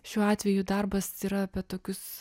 šiuo atveju darbas yra apie tokius